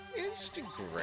Instagram